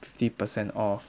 fifty percent off